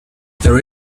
there